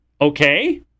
okay